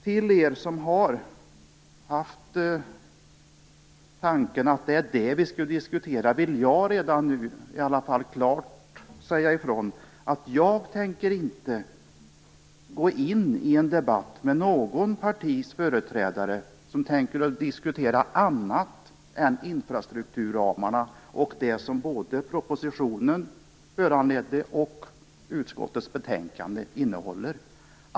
Till er som har haft tanken att det är detta som vi skall diskutera vill jag redan nu klart säga ifrån att jag inte tänker gå in i en debatt med något partis företrädare som tänker diskutera något annat än infrastrukturramarna och det som föranletts av både propositionen och innehållet i utskottets betänkande.